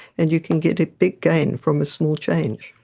and you can get a big gain from a small change.